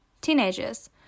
teenagers